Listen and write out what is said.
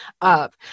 up